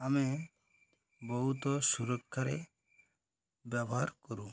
ଆମେ ବହୁତ ସୁରକ୍ଷାରେ ବ୍ୟବହାର କରୁ